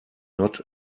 not